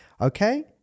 Okay